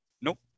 Nope